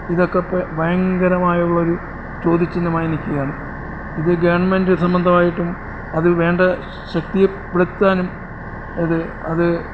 ഇതൊക്കെ ഇപ്പം ഭയങ്കരമായുള്ള ഒരു ചോദ്യചിഹ്നമായി നിൽക്കുകയാണ് ഇത് ഗവൺമെൻറ്റ് സംബന്ധമായിട്ടും അതിൽ വേണ്ട ശക്തിപ്പെടുത്താനും ഇത് അത്